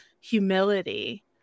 humility